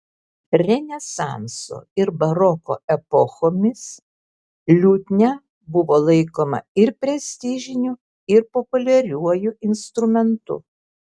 renesanso ir baroko epochomis liutnia buvo laikoma ir prestižiniu ir populiariuoju instrumentu